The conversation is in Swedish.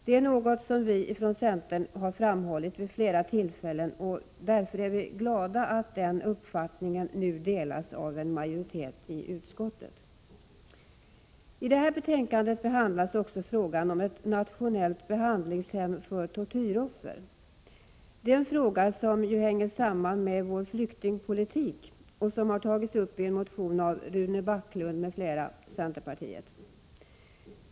Det är något som vi från centern framhållit vid flera tillfällen, och därför är vi glada att den uppfattningen nu delas av en majoritet i utskottet. I det här betänkandet behandlas också frågan om ett nationellt behandlingshem för tortyroffer. Det är en fråga som hänger samman med vår flyktingpolitik och som har tagits upp i en motion av Rune Backlund m.fl. centerpartister.